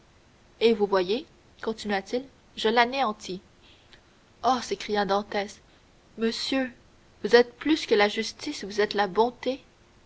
et vous voyez continua-t-il je l'anéantis oh s'écria dantès monsieur vous êtes plus que la justice vous êtes la bonté